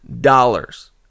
dollars